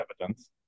evidence